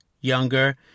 younger